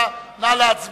2009. נא להצביע,